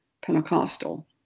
Pentecostal